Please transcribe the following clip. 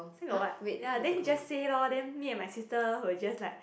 still got what ya then he just say lor then me and my sister will just like